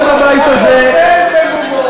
הפוסל במומו.